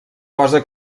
cosa